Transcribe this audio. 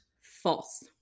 False